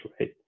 right